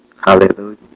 Hallelujah